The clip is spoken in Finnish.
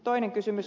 toinen kysymys